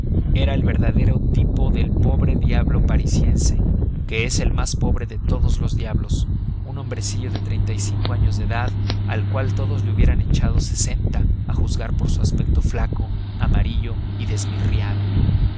era el verdadero tipo del pobre diablo parisiense que es el más pobre de todos los diablos un hombrecillo de treinta y cinco años de edad al cual todos le hubieran echado sesenta a juzgar por su aspecto flaco amarillo y desmirriado